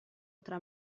tra